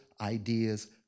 ideas